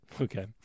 Okay